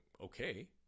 okay